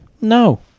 No